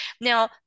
Now